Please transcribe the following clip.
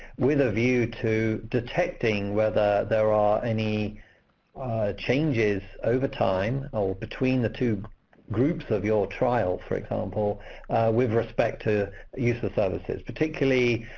with a view to detecting whether there are any changes over time or between the two groups of your trial, for example with respect to use of services. particularly,